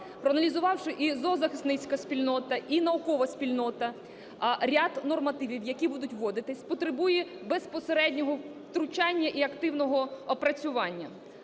проаналізувавши і зоозахисницька спільнота, і наукова спільнота ряд нормативів, які будуть вводитись, потребує безпосереднього втручання і активного опрацювання.